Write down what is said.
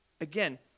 again